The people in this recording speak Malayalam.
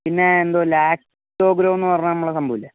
പിന്നെ എന്തോ ലാക്റ്റോ ഗ്രോ എന്നു പറഞ്ഞ നമ്മളെ ആ സംഭവമില്ലേ